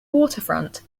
waterfront